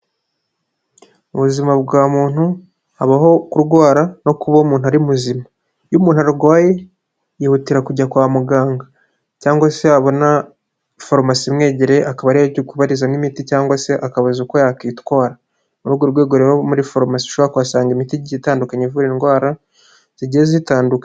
Mu buzima bwa muntu habaho kurwara no kuba umuntu ari muzima, iyo umuntu arwaye yihutira kujya kwa muganga cyangwa se yabona farumasi imwegereye akaba ariyo ajya kubarizamo imiti cyangwa se akabaza uko yakwitwara, ni muri urwo rwego rero muri foromasi ushobora kuhasanga imiti igihe itandukanye ivura indwara zigiye zitandukanye.